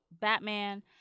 Batman